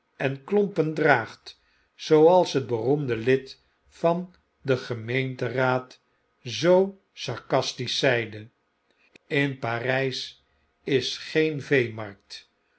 en klompen draagt zooals het beroemde lid van den gemeenteraad zoo sarcastisch zeide in parijs is geen veemarkt